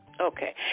okay